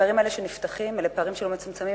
הפערים האלה שנפתחים אלה פערים שלא מצמצמים,